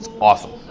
Awesome